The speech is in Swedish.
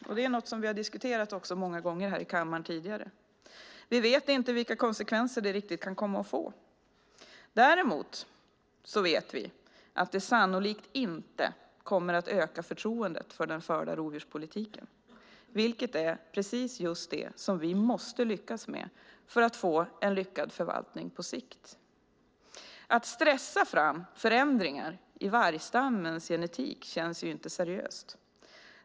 Det är också något som vi har diskuterat många gånger här i kammaren tidigare. Vi vet inte riktigt vilka konsekvenser det kan få. Däremot vet vi att det sannolikt inte kommer att öka förtroendet för den förda rovdjurspolitiken, vilket är precis just det som vi måste lyckas med för att få en lyckad förvaltning på sikt. Att stressa fram förändringar i vargstammens genetik känns inte seriöst.